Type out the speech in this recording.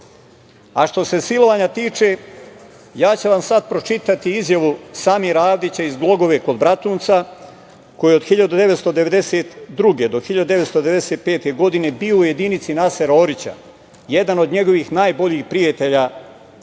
se silovanja tiče, ja ću vam sada pročitati izjavu Samira Adića iz Glogove kod Bratunca, koji je od 1992. do 1995. godine bio u jedinici Nasera Orića, jedan od njegovih najboljih prijatelja